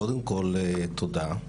תודה.